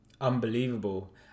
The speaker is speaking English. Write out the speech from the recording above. Unbelievable